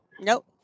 Nope